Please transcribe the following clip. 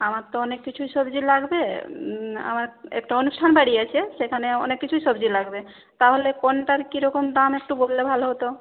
আমার তো অনেক কিছুই সবজি লাগবে আমার একটা অনুষ্ঠান বাড়ি আছে সেখানে অনেক কিছুই সবজি লাগবে তাহলে কোনটার কিরকম দাম একটু বললে ভালো হতো